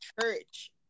church